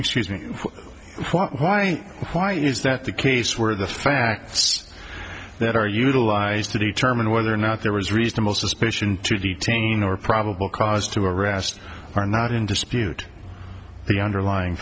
excuse me why and why is that the case where the facts that are utilized to determine whether or not there was reasonable suspicion to detain or probable cause to arrest are not in dispute the underlying